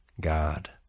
God